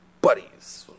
buddies